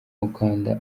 ukanda